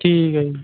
ਠੀਕ ਹੈ ਜੀ